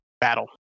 battle